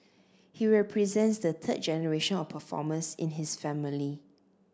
he represents the third generation of performers in his family